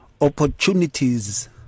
opportunities